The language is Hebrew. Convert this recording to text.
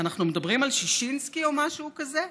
אנחנו מדברים על ששינסקי או משהו כזה?